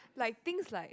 like things like